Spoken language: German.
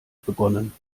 begonnen